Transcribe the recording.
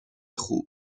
خوب